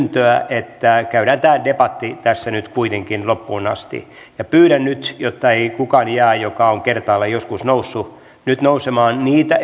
että käydään tämä debatti tässä nyt kuitenkin loppuun asti pyydän nyt jotta ei kukaan joka on kertaalleen joskus noussut jää ilman niitä